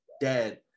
dead